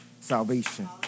salvation